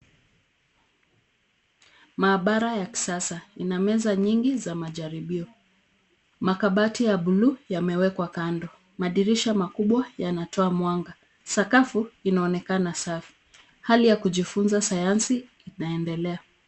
Maabara ya kisasa ina meza nyingi zenye majaribio. Makabti ya buluu yamewekwa kando. Madirisha makubwa yanatoa mwanga. Skafu inaonekana safi. Hali ya kujifunza sayansi inaendelea.